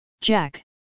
Jack